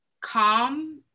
calm